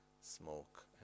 smoke